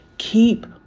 keep